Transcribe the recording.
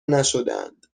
نشدهاند